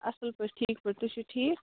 اَصٕل پٲٹھۍ ٹھیٖک پٲٹھۍ تُہۍ چھِو ٹھیٖک